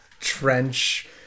trench